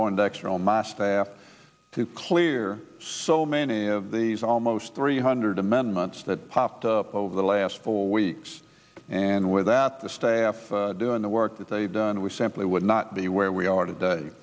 on dexter on my staff to clear so many of these almost three hundred amendments that popped up over the last four weeks and with that the staff doing the work that they've done we simply would not be where we are today